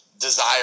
desire